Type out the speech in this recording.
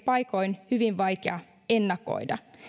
paikoin hyvin vaikea ennakoida